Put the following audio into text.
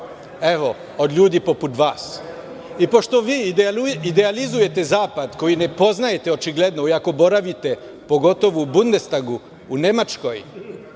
Evo, od ljudi poput vas.I pošto vi idealizujete Zapad, koji ne poznajete očigledno, iako boravite pogotovo u Bundestagu, u Nemačkoj,